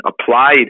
applied